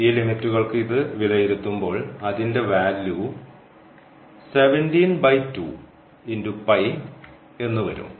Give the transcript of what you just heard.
ഈ ലിമിറ്റ്റ്റുകൾക്ക് ഇത് വിലയിരുത്തുമ്പോൾ അതിൻറെ വാല്യൂ എന്നുവരും